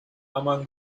among